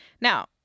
Now